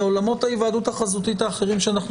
מעולמות ההיוועדות החזותית האחרים שאנחנו